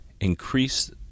increase